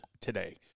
today